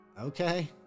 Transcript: Okay